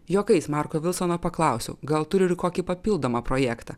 juokais marko vilsono paklausiau gal turiu ir kokį papildomą projektą